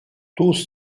tous